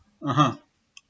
(uh huh)